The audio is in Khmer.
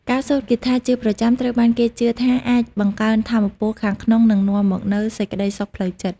ការសូត្រគាថាជាប្រចាំត្រូវបានគេជឿថាអាចបង្កើនថាមពលខាងក្នុងនិងនាំមកនូវសេចក្តីសុខផ្លូវចិត្ត។